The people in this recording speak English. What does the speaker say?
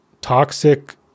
toxic